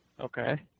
Okay